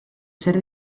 ser